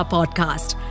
Podcast